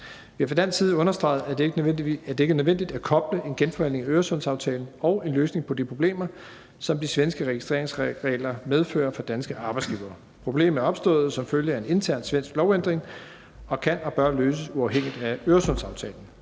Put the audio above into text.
Vi har fra dansk side understreget, at det ikke er nødvendigt at koble en genforhandling af Øresundsaftalen sammen med en løsning på de problemer, som de svenske registreringsregler medfører for danske arbejdsgivere. Problemet er opstået som følge af en intern svensk lovændring og kan og bør løses uafhængigt af Øresundsaftalen.